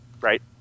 right